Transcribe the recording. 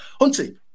Huntie